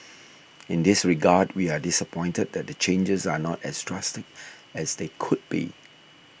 in this regard we are disappointed that the changes are not as drastic as they could be